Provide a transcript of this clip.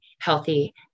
healthy